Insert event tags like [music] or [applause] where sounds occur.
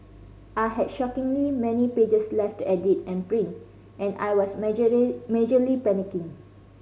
I had shockingly many pages left to edit and print and I was [unintelligible] majorly panicking